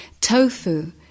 Tofu